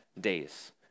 days